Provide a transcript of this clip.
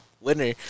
winner